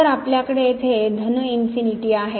तर आपल्याकडे येथे धन इन्फिनीटी आहे